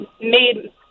made